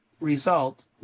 result